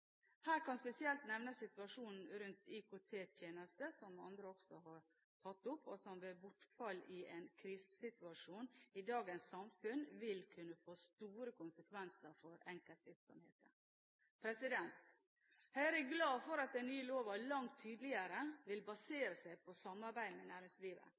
Her kan spesielt nevnes situasjonen rundt IKT-tjenester – som andre også har tatt opp – som ved bortfall i en krisesituasjon i dagens samfunn vil kunne få store konsekvenser for enkeltvirksomheter. Høyre er glad for at den nye loven langt tydeligere vil basere seg på samarbeid med næringslivet.